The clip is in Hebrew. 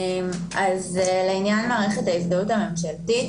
לעניין מערכת ההזדהות הממשלתית,